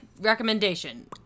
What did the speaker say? recommendation